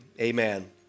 amen